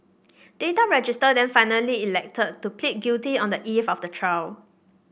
Data Register then finally elected to plead guilty on the eve of the trial